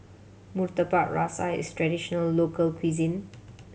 Murtabak Rusa is a traditional local cuisine